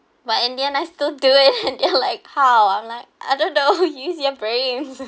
but in the end I still do it they are like how I'm like I don't know use your brain